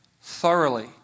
thoroughly